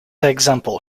example